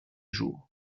jours